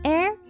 Air